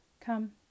Come